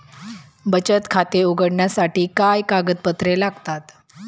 बचत खाते उघडण्यासाठी काय कागदपत्रे लागतात?